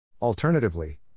Alternatively